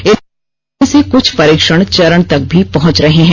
इनमें से कुछ परीक्षण चरण तक भी पहुंच रहे हैं